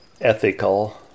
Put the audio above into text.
ethical